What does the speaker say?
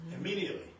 Immediately